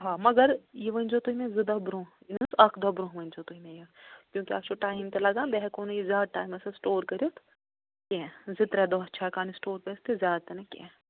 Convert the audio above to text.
آ مگر یہِ ؤنۍ زیٚو تُہۍ مےٚ زٕ دۄہ برٛونٛہہ یُتھ اَکھ دۄہ برٛونٛہہ ؤنۍ زیٚو تُہۍ مےٚ یہِ کیوٗنٛکہِ اَتھ چھُ ٹایِم تہِ لَگان بیٚیہِ ہٮ۪کَو نہٕ یہِ زیادٕ ٹایمَس أسۍ سِٹور کٔرِتھ کیٚنٛہہ زٕ ترٛےٚ دۄہ چھِ ہٮ۪کان یہِ سِٹور کٔرِتھ تہِ زیادٕ تِنہٕ کیٚنٛہہ